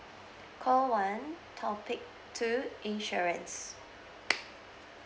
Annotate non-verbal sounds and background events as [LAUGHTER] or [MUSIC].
call one topic two insurance [NOISE]